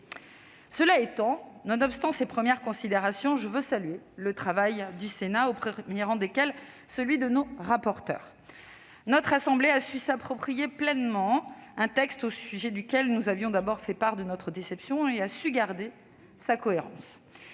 solidarité. Nonobstant ces premières considérations, je veux saluer le travail du Sénat, à commencer par celui de nos rapporteurs. Notre assemblée a su non seulement s'approprier pleinement un texte au sujet duquel nous avions d'abord fait part de notre déception, mais aussi garder sa cohérence.